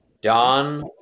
Don